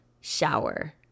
shower